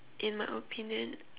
in my opinion